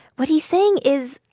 what he's saying is,